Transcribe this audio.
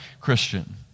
Christian